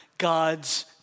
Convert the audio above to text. God's